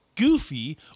Goofy